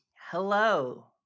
Hello